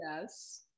Yes